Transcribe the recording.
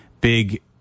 big